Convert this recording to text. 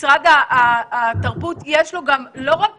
למשרד הבריאות לא רק